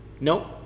Nope